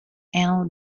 anno